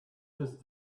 this